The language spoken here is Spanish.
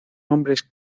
nombres